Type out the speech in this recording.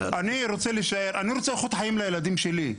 אני רוצה איכות חיים לילדים שלי.